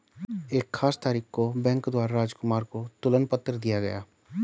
एक खास तारीख को बैंक द्वारा राजकुमार को तुलन पत्र दिया गया